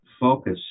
focus